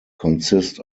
consist